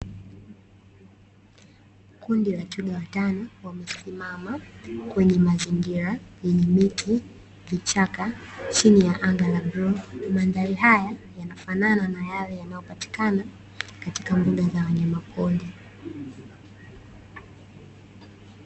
Kundi la twiga watano wamesimama kwenye mazingira yenye miti, vichaka chini ya anga la buluu. Mandhari haya yanafanana na yale yanayopatikana katika mbuga za wanyama pori.